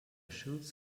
shoots